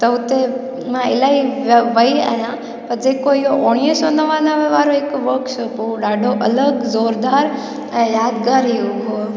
त हुते मां इलाही वई वई आहियां त जेको इहो उणिवीह सौ नवानवे वारो हिकु वर्कशॉप उहो ॾाढो अलॻि ज़ोरदारु ऐं यादगारु हुओ